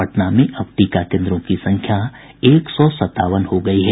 पटना में अब टीका केन्द्रों की संख्या एक सौ सतावन हो गयी है